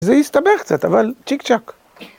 זה הסתבך קצת אבל צ'יק צ'אק.